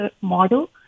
model